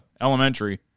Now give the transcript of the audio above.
elementary